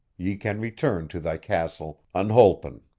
ye can return to thy castle unholpen.